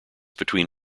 between